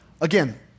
again